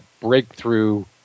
breakthrough